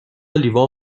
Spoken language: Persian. لیوان